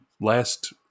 last